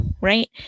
right